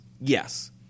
yes